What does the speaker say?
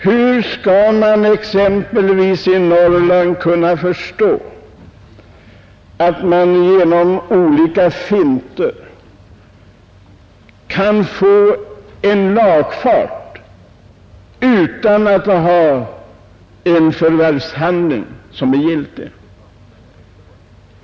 Hur skall exempelvis norrlänningarna kunna förstå att man genom olika finter kan få en lagfart utan att ha en förvärvshandling som är giltig?